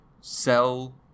sell